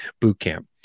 bootcamp